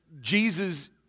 Jesus